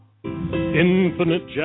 Infinite